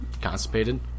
Constipated